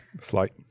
Slight